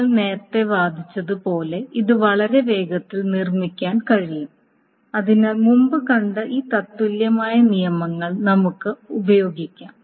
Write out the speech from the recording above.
നമ്മൾ നേരത്തെ വാദിച്ചതുപോലെ ഇത് വളരെ വേഗത്തിൽ നിർമ്മിക്കാൻ കഴിയും അതിനായി മുമ്പ് കണ്ട ഈ തത്തുല്യമായ നിയമങ്ങൾ നമുക്ക് ഉപയോഗിക്കാം